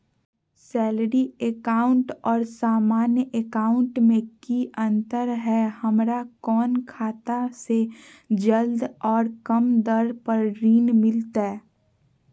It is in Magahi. सैलरी अकाउंट और सामान्य अकाउंट मे की अंतर है हमरा कौन खाता से जल्दी और कम दर पर ऋण मिलतय?